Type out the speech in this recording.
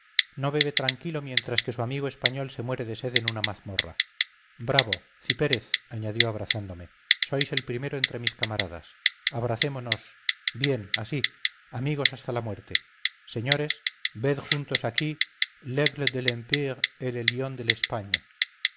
no bebe tranquilo mientras que su amigo español se muere de sed en una mazmorra bravo cipérez añadió abrazándome sois el primero entre mis camaradas abracémonos bien así amigos hasta la muerte señores ved juntos aquí l'aigle de